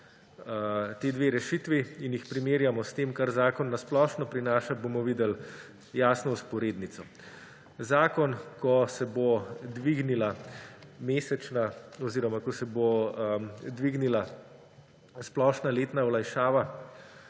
ti dve rešitvi in ju primerjamo s tem, kar zakon na splošno prinaša, bomo videli jasno vzporednico. Zakon, ko se bo dvignila mesečna oziroma ko se bo dvignila splošna letna olajšava